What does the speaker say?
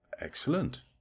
Excellent